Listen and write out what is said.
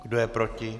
Kdo je proti?